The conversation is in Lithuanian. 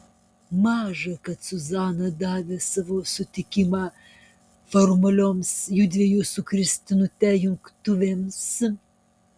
maža kad zuzana davė savo sutikimą formalioms judviejų su kristinute jungtuvėms